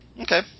Okay